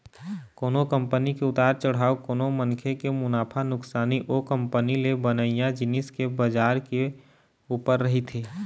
कोनो कंपनी के उतार चढ़ाव कोनो मनखे के मुनाफा नुकसानी ओ कंपनी ले बनइया जिनिस के बजार के ऊपर रहिथे